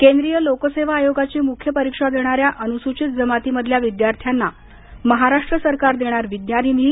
केंद्रीय लोकसेवा आयोगाची मुख्य परीक्षा देणाऱ्या अनुसूचित जमातीमधल्या विद्यार्थ्यांना महाराष्ट्र सरकार देणार विद्यानिधी